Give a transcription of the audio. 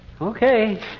okay